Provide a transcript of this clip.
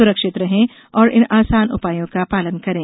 सुरक्षित रहें और इन आसान उपायों का पालन करें